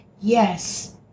Yes